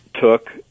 took